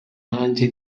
najye